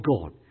God